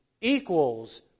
equals